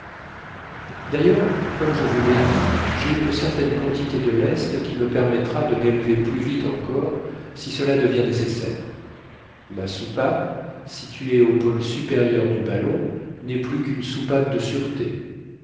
d'ailleurs comme je vous l'ai dit j'ai une certaine quantité de lest qui me permettra de m'élever plus vite encore si cela devient nécessaire ma soupape située au pôle supérieur du ballon n'est plus qu'une soupape de sûreté